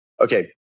okay